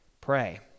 Pray